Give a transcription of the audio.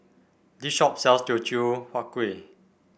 this shop sells Teochew Huat Kueh